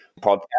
Podcast